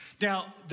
Now